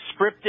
scripted